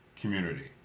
community